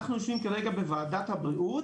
אנחנו יושבים כרגע בוועדת הבריאות